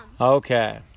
Okay